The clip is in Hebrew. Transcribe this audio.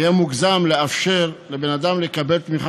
יהיה מוגזם לאפשר לבן אדם לקבל תמיכה